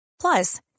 Plus